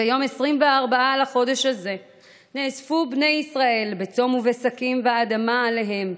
"וביום עשרים וארבעה לחדש הזה נאספו בני ישראל בצום ובשקים ואדמה עליהם.